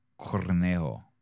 Cornejo